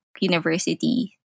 university